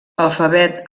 alfabet